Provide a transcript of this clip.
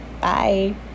Bye